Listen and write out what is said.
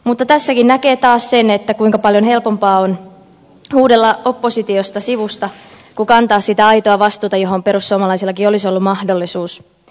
mutta tässäkin näkee taas sen kuinka paljon helpompaa on huudella oppositiosta sivusta kuin kantaa sitä aitoa vastuuta johon perussuomalaisillakin olisi ollut mahdollisuus